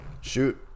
Shoot